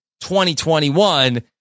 2021